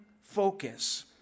focus